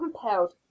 compelled